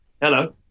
hello